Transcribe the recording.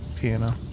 piano